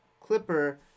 clipper